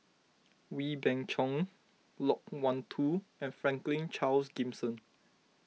Wee Beng Chong Loke Wan Tho and Franklin Charles Gimson